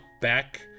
back